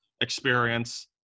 experience